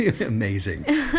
Amazing